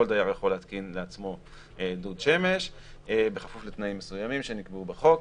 כל דייר יכול להתקין לעצמו דוד שמש בכפוף לתנאים מסוימים שנקבעו בחוק,